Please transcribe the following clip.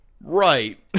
right